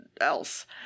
else